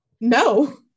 No